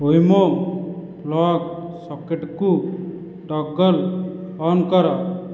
Wemo plug ସକେଟ୍କୁ toggle on କର